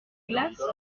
glace